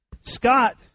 Scott